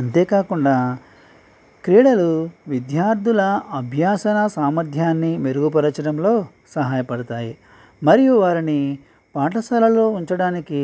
అంతేకాకుండా క్రీడలు విద్యార్థుల అభ్యాసన సామర్ధ్యాన్ని మెరుగుపరచడంలో సహాయపడతాయి మరియు వారిని పాఠశాలలో ఉంచడానికి